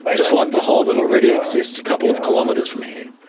but just like the hole that already exists a couple of kilometres from here.